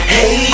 Hey